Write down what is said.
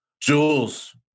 Jules